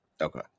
Okay